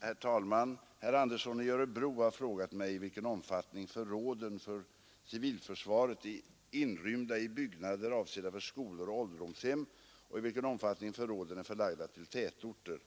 Herr talman! Herr Andersson i Örebro har frågat mig i vilken omfattning förråden för civilförsvaret är inrymda i byggnader avsedda för skolor och ålderdomshem och i vilken omfattning förråden är förlagda till tätorter.